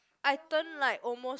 I turn like almost